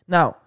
Now